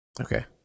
Okay